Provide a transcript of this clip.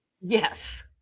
yes